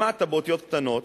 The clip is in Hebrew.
למטה, באותיות קטנות,